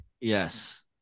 Yes